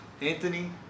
Anthony